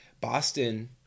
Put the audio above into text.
Boston